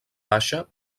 baixa